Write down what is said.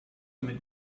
mit